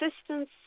assistance